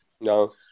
No